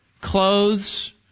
clothes